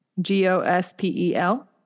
G-O-S-P-E-L